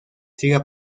siga